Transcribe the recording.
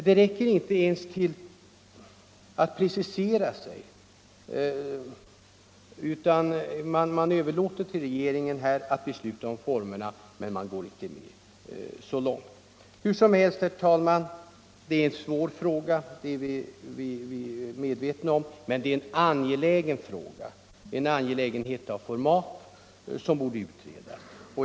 Det räcker alltså inte ens att precisera sig så att man överlåter till regeringen att besluta om formerna. Hur som helst, vi är medvetna om att detta är en svår fråga, men det är också en angelägen fråga, en fråga av format, som borde utredas.